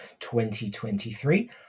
2023